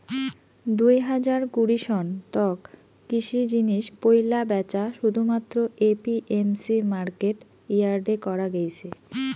দুই হাজার কুড়ি সন তক কৃষি জিনিস পৈলা ব্যাচা শুধুমাত্র এ.পি.এম.সি মার্কেট ইয়ার্ডে করা গেইছে